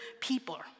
people